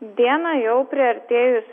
dieną jau priartėjus